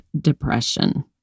depression